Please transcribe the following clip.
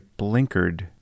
blinkered